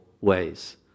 ways